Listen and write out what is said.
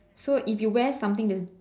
so if you wear something that's